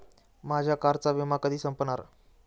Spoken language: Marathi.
माझ्या कारचा विमा कधी संपणार